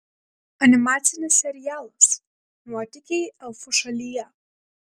animacinis serialas nuotykiai elfų šalyje